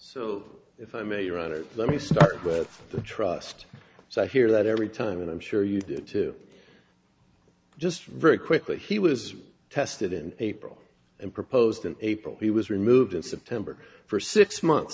so if i may write it let me start with the trust so i hear that every time and i'm sure you did too just very quickly he was tested in april and proposed in april he was removed in september for six months